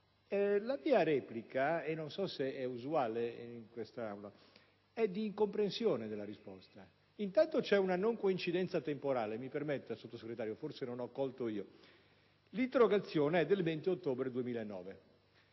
la mia replica - non so se ciò è usuale in quest'Aula - è di incomprensione della risposta. Intanto c'è una non coincidenza temporale (mi permetta, signor Sottosegretario, forse non ho colto bene le sue parole): l'interrogazione è del 20 ottobre 2009,